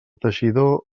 teixidor